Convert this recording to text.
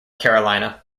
carolina